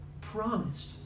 promised